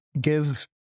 give